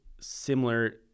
similar